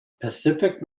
pacific